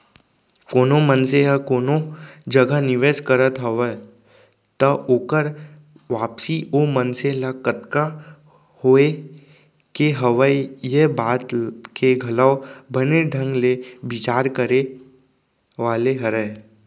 कोनो मनसे ह कोनो जगह निवेस करत हवय त ओकर वापसी ओ मनसे ल कतका होय के हवय ये बात के घलौ बने ढंग ले बिचार करे वाले हरय